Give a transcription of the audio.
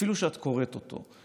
אפילו שאת קוראת אותו.